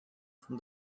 from